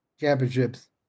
championships